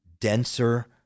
denser